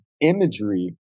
imagery